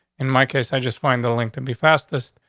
in my case, i just find the link to be fastest.